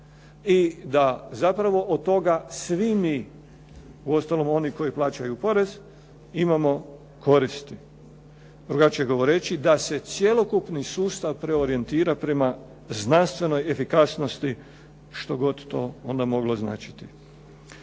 i da zapravo od toga svi mi, uostalom oni koji plaćaju porez imamo koristi. Drugačije govoreći da se cjelokupni sustav preorijentira prema znanstvenoj efikasnosti što god to onda moglo značiti.